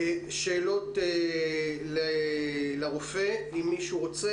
בעניין הזה האם מישהו רוצה